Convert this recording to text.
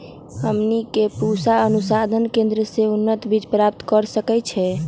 हमनी के पूसा अनुसंधान केंद्र से उन्नत बीज प्राप्त कर सकैछे?